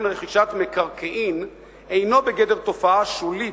רכישת מקרקעין אינו בגדר תופעה שולית,